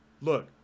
Look